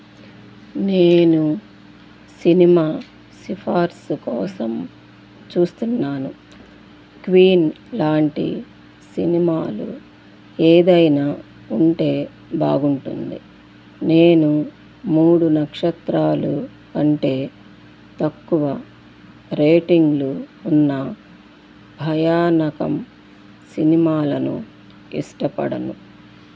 నేను సినిమా సిఫార్సు కోసం చూస్తున్నాను క్వీన్ లాంటి సినిమాలు ఏదైనా ఉంటే బాగుంటుంది నేను మూడు నక్షత్రాలు అంటే తక్కువ రేటింగ్ ఉన్న భయానకం సినిమాలను ఇష్టపడను